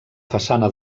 façana